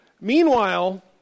Meanwhile